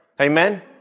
Amen